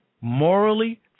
morally